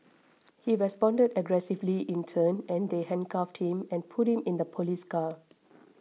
he responded aggressively in turn and they handcuffed him and put him in the police car